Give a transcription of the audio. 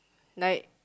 like